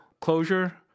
closure